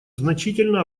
значительно